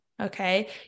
Okay